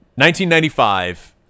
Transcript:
1995